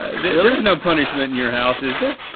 ah there there is no punishment in your house is there?